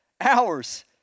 Hours